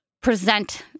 present